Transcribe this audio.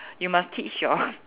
you must teach your